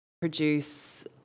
produce